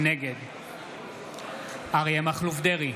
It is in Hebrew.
נגד אריה מכלוף דרעי,